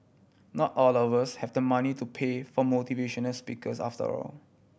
not all of us have the money to pay for motivational speakers after all